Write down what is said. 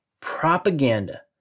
Propaganda